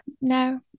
no